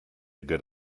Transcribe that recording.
good